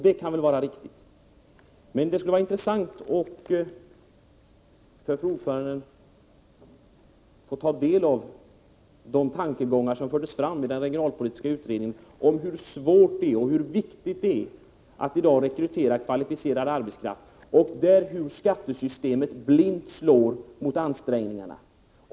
Det kan vara riktigt, men det kunde vara intressant för fru ordföranden att ta del av de tankegångar som fördes fram i den regionalpolitiska utredningen om hur svårt och hur viktigt det är att i dag rekrytera kvalificerad arbetskraft. Där slår skattesystemet blint mot ansträngningarna.